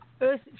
earth